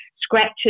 Scratches